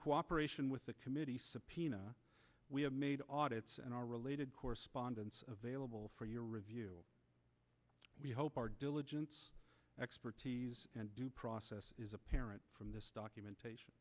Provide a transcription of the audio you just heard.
cooperation with the committee subpoena we have made audit and our related correspondence of vailable for your review we hope our diligence expertise and due process is apparent from the documentation